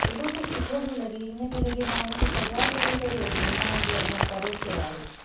एॾो त सुठो पियो लॻे ईअं पियो लॻे मां उन खे सजाए करे करे महिमाननि जे अॻियां परोसियो आहे